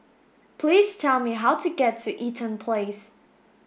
please tell me how to get to Eaton Place